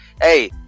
Hey